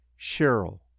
Cheryl